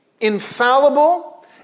infallible